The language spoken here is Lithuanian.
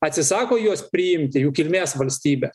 atsisako juos priimti jų kilmės valstybę